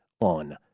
on